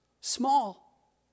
Small